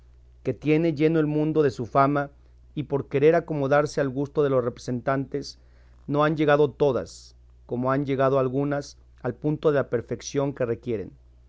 que tiene lleno el mundo de su fama y por querer acomodarse al gusto de los representantes no han llegado todas como han llegado algunas al punto de la perfección que requieren